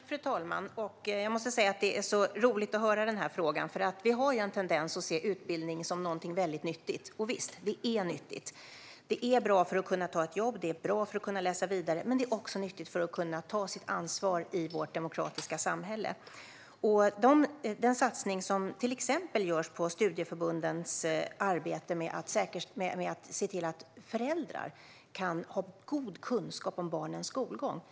Fru talman! Det är så roligt att få frågan. Vi har en tendens att se utbildning som något nyttigt - visst det är nyttigt. Utbildning är bra för att få jobb och för att läsa vidare. Men utbildning är också nyttigt för att kunna ta sitt ansvar i vårt demokratiska samhälle. Den satsning som till exempel görs i studieförbundens arbete handlar om att ge föräldrar god kunskap om barnens skolgång.